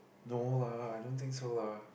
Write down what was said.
no lah I don't think so lah